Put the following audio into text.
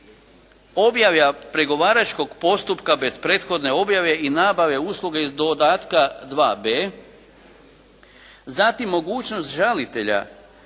objave pregovaračkog postupka bez prethodne objave i nabave usluge dodatka IIB. Zatim mogućnost žalitelja